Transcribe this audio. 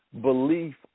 belief